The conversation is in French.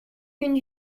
une